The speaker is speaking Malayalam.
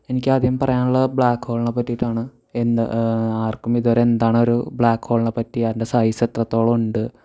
എനിക്ക് ആദ്യം പറയാനുള്ള ബ്ലാക്ക് ഹോളിനെ പറ്റീട്ടാണ് എന്ത് ആർക്കും ഇതുവരെ എന്താണ് ഒരു ബ്ലാക്ക് ഹോളിനെ പറ്റി അതിൻ്റെ സൈസ് എത്രത്തോളം ഉണ്ട്